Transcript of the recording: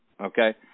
Okay